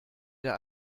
der